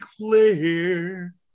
clear